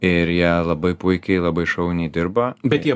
ir jie labai puikiai labai šauniai dirba bet jie